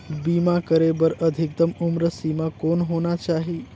बीमा करे बर अधिकतम उम्र सीमा कौन होना चाही?